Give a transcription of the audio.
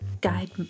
guide